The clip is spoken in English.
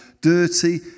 dirty